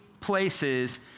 places